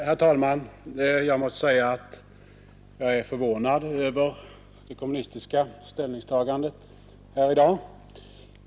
Herr talman! Jag måste säga att jag är förvånad över det konimunistiska ställningstagandet här i dag.